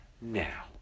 now